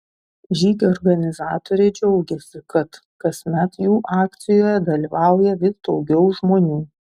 žygio organizatoriai džiaugiasi kad kasmet jų akcijoje dalyvauja vis daugiau žmonių